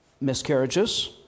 miscarriages